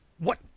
What